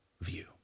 view